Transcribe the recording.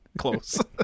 Close